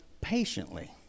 patiently